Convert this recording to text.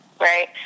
right